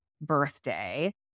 birthday